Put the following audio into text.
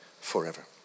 forever